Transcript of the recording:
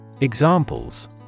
Examples